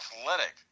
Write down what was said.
athletic